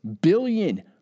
billion